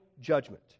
judgment